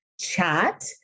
chat